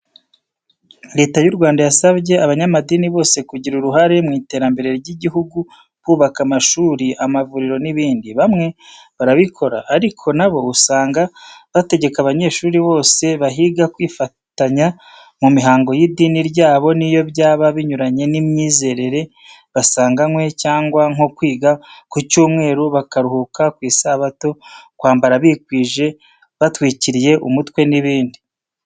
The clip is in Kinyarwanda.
Leta y'u Rwanda yasabye abanyamadini bose kugira uruhare mu iterambere ry'igihugu bubaka amashuri, amavuriro n'ibindi. Bamwe barabikora, ariko na bo usanga bategeka abanyeshuri bose bahiga kwifatanya mu mihango y'idini ryabo n'iyo byaba binyuranye n'imyizerere basanganwe cyangwa nko kwiga ku cyumweru bakaruhuka ku isabato, kwambara bikwije, batwikiriye umutwe n'ibindi.